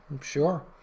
Sure